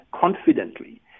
confidently